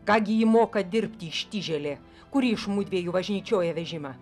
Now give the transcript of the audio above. ką gi ji moka dirbti ištižėlė kuri iš mudviejų važnyčioja vežimą